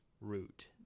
root